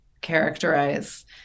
characterize